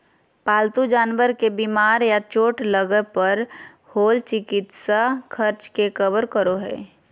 पालतू जानवर के बीमार या चोट लगय पर होल चिकित्सा खर्च के कवर करो हइ